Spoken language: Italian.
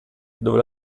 dove